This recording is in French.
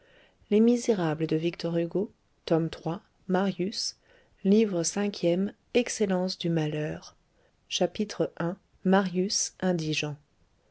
livre cinquième excellence du malheur chapitre i marius indigent